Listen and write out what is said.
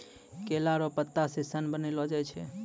केला लो पत्ता से सन बनैलो जाय छै